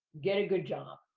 get a good job.